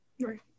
Right